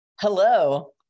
Hello